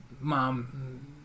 mom